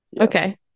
okay